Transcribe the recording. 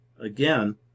again